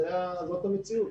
זאת המציאות.